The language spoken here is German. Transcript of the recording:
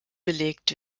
belegt